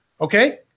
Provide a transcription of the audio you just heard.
Okay